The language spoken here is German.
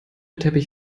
teppich